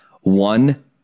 One